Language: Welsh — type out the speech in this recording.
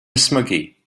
ysmygu